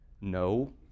No